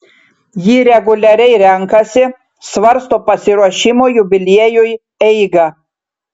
ji reguliariai renkasi svarsto pasiruošimo jubiliejui eigą